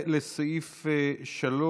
לסעיף 3,